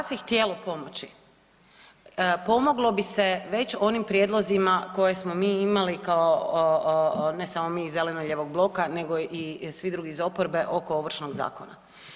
Da se htjelo pomoći, pomoglo bi se već onim prijedlozima koje smo mi imali kao ne samo mi iz zeleno-lijevog bloka nego i svi drugi iz oporbe oko Ovršnog zakona.